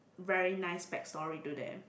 very nice back story to them